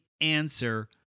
answer